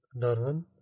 Darwin